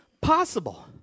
possible